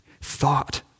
thought